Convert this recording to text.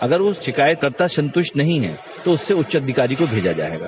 अगर वह शिकायतकर्ता संतृष्ट नहीं है तो उससे उच्च अधिकारी को भेजा जायेगा